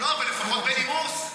לגיטימי שנתווכח.